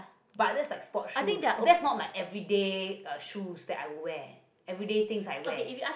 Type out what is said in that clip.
but that is like sport shoe that's not like everyday a shoe that I wear everyday thing I wear